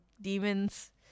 demons